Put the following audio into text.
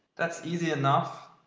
that's easy enough.